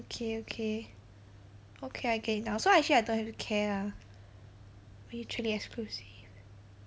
okay okay okay I get it now so I actually don't have to care lah mutually exclusive